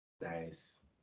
Nice